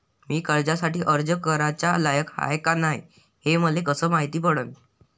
मी कर्जासाठी अर्ज कराचा लायक हाय का नाय हे मले कसं मायती पडन?